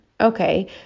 Okay